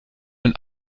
oder